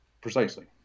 precisely